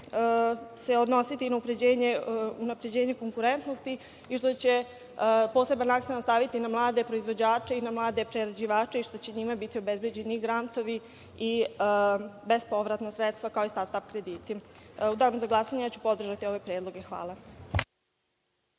se odnositi na unapređenje konkurentnosti i što će poseban akcenat staviti na mlade proizvođače i na mlade prerađivače i što će njima biti obezbeđeni grantovi i bespovratna sredstva kao i start-ap krediti.U Danu za glasanje ću podržati ove predloge.